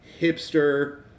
hipster